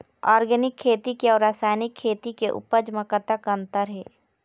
Organic खेती के अउ रासायनिक खेती के उपज म कतक अंतर हे?